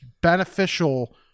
beneficial